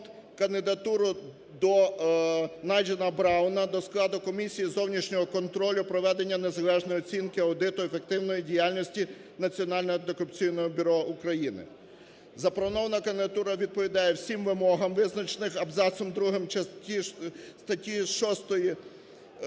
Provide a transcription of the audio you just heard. кандидатуру Найджела Брауна до складу комісії зовнішнього контролю проведення незалежної оцінки (аудиту) ефективної діяльності Національного антикорупційного бюро України. Запропонована кандидатура відповідає всім вимогам визначених абзацом другим